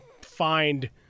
find